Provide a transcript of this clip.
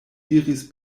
diris